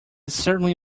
certainly